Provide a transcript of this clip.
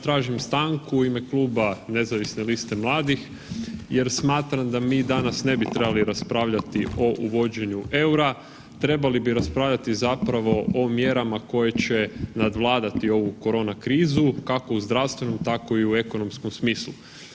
Tražim stanku u ime kluba Nezavisne liste mladih jer smatram da mi danas ne bi trebali raspravljati o uvođenju eura, trebali bi raspravljati zapravo o mjerama koje će nadvladati ovu korona krizu kako u zdravstvenom tako i u ekonomskom smislu.